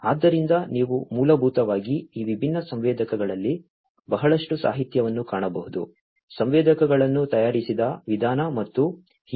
ಆದ್ದರಿಂದ ನೀವು ಮೂಲಭೂತವಾಗಿ ಈ ವಿಭಿನ್ನ ಸಂವೇದಕಗಳಲ್ಲಿ ಬಹಳಷ್ಟು ಸಾಹಿತ್ಯವನ್ನು ಕಾಣಬಹುದು ಸಂವೇದಕಗಳನ್ನು ತಯಾರಿಸಿದ ವಿಧಾನ ಮತ್ತು ಹೀಗೆ